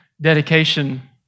dedication